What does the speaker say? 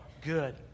good